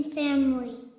family